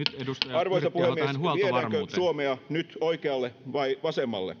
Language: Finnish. arvoisa puhemies viedäänkö suomea nyt oikealle vai vasemmalle